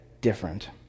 different